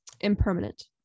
impermanent